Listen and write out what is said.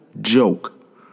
joke